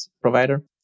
provider